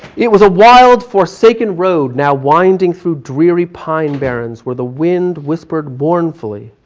it was a wild forsaken road, now winding through dreary pine barons, where the wind whispered warnfully.